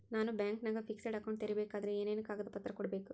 ನಾನು ಬ್ಯಾಂಕಿನಾಗ fixed account ತೆರಿಬೇಕಾದರೆ ಏನೇನು ಕಾಗದ ಪತ್ರ ಕೊಡ್ಬೇಕು?